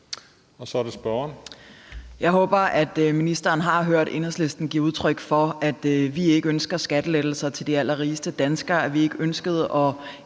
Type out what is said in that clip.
15:49 Eva Flyvholm (EL): Jeg håber, at ministeren har hørt Enhedslisten give udtryk for, at vi ikke ønsker skattelettelser til de allerrigeste danskere, at vi ikke ønskede at